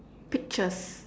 pictures